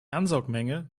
ansaugmenge